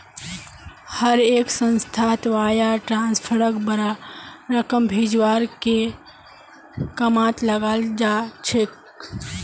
हर एक संस्थात वायर ट्रांस्फरक बडा रकम भेजवार के कामत लगाल जा छेक